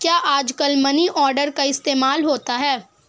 क्या आजकल money order का इस्तेमाल होता है?